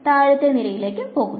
താഴത്തെ നിരയിലേക്ക് പോകുന്നു